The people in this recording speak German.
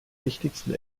wichtigsten